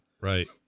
Right